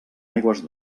aigües